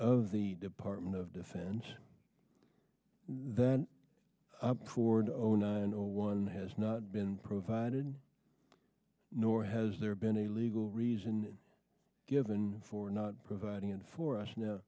of the department of defense that poured over nine or one has not been provided nor has there been a legal reason given for not providing it for us now